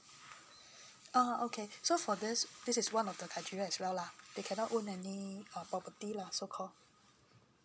ah okay so for this this is one of the criteria as well lah they cannot own any uh property lah so call